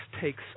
takes